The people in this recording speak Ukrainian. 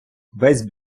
весь